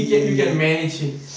you can you can manage him